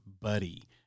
Buddy